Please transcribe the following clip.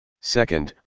Second